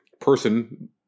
person